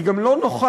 היא גם לא נוחה,